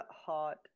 hot